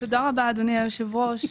אדוני היושב-ראש,